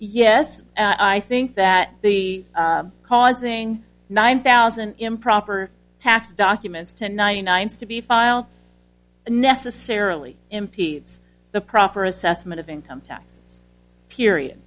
yes i think that the causing nine thousand improper tax documents to ninety nine stevie file necessarily impedes the proper assessment of income tax period